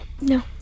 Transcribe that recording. No